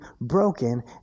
broken